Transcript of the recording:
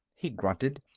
he grunted,